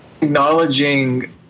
acknowledging